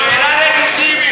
שאלה לגיטימית.